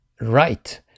right